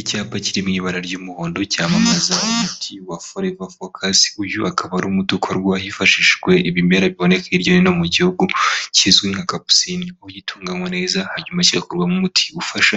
Icyapa kiri mw’ibara ry'umuhondo cyamamaza umuti wa forever focus uyu akaba ari umuti ukorwa hifashishijwe ibimera biboneka hirya no hino mu gihugu kizwi nka kapusine ugitunganywa neza hanyuma kigakurwamo umuti ufasha